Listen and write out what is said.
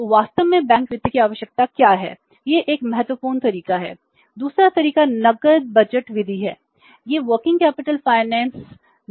और वास्तव में बैंक वित्त की आवश्यकता क्या है यह 1 महत्वपूर्ण तरीका है